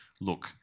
look